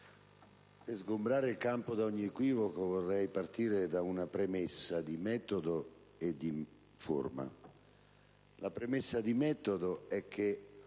per sgombrare il campo da ogni equivoco, vorrei partire da una premessa di metodo e di forma. La premessa di metodo è che